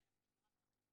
הצעתי את הנוסח הזה.